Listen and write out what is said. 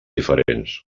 diferents